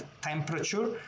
temperature